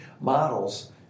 models